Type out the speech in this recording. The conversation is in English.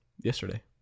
Yesterday